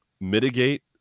mitigate